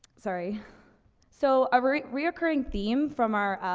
sorry so a re reoccurring theme from our, ah,